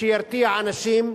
שירתיע אנשים,